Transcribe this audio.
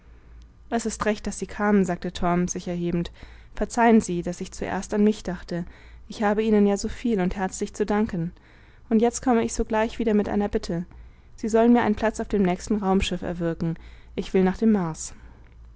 es ist recht daß sie kamen sagte torm sich erhebend verzeihen sie daß ich zuerst an mich dachte ich habe ihnen ja soviel und herzlich zu danken und jetzt komme ich sogleich wieder mit einer bitte sie sollen mir einen platz auf dem nächsten raumschiff erwirken ich will nach dem mars